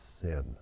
sin